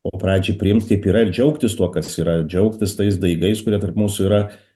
o pradžiai priimt kaip yra ir džiaugtis tuo kas yra džiaugtis tais daigais kurie tarp mūsų yra